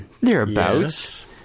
thereabouts